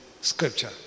scripture